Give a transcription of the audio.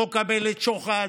חוק המלט, שוחד,